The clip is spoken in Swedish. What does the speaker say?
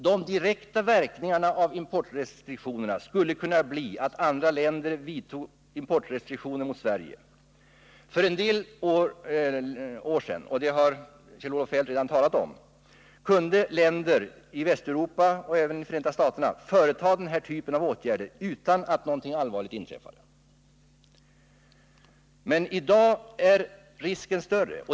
De direkta verkningarna av importrestriktionerna skulle kunna bli att andra länder vidtog importrestriktioner mot Sverige. För en del år sedan, det har Kjell-Olof Feldt redan talat om, kunde länder i Västeuropa, och även Förenta staterna, företa den här typen av åtgärder utan att något allvarligt inträffade. Men i dag är risken större.